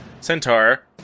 centaur